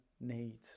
need